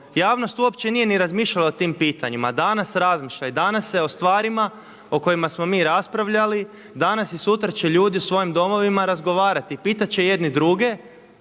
javnost uopće nije ni razmišljala o tim pitanjima. Danas razmišlja i danas se o stvarima o kojima smo mi raspravljali, danas i sutra će ljudi u svojim domovima razgovarati i pitat će jedni druge